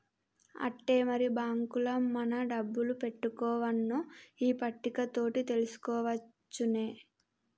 ఆట్టే మరి బాంకుల మన డబ్బులు పెట్టుకోవన్నో ఈ పట్టిక తోటి తెలుసుకోవచ్చునే